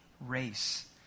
race